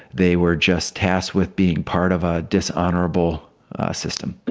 they were just tasked with being part of a dishonourable system